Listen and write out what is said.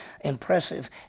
impressive